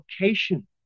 location